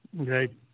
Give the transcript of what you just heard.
okay